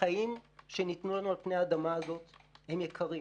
החיים שניתנו לנו על פני האדמה הזאת הם יקרים.